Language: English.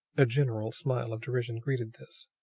a general smile of derision greeted this.